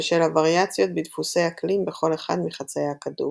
בשל הווריאציות בדפוסי אקלים בכל אחד מחצאי הכדור.